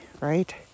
right